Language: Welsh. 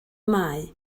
mae